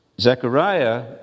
Zechariah